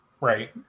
Right